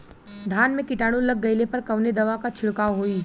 धान में कीटाणु लग गईले पर कवने दवा क छिड़काव होई?